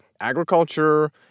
agriculture